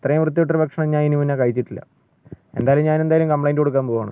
ഇത്രയും വൃത്തികെട്ട ഒരു ഭക്ഷണം ഞാൻ ഇതിന് മുന്നെ കഴിച്ചിട്ടില്ല എന്തായാലും ഞാൻ എന്തായാലും കംപ്ലൈയിൻ്റ് കൊടുക്കാൻ പോവാണ്